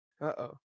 Uh-oh